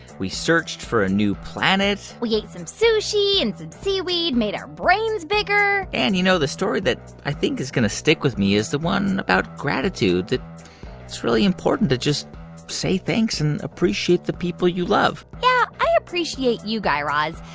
we searched for a new planet we ate some sushi, and some seaweed made our brains bigger and, you know, the story that i think is going to stick with me is the one about gratitude, that it's really important to just say thanks and appreciate the people you love yeah, i appreciate you, guy raz,